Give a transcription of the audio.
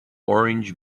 orange